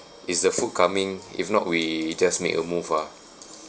is the food coming if not we just make a move ah